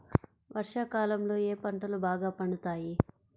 వర్షాకాలంలో ఏ పంటలు బాగా పండుతాయి?